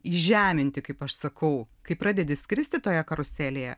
įžeminti kaip aš sakau kai pradedi skristi toje karuselėje